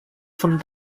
von